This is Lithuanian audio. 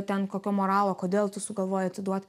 ten kokio moralo kodėl tu sugalvojai atiduot